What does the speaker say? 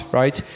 right